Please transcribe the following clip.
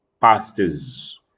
pastors